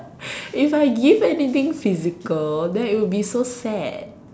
if I give anything physical then it'll be so sad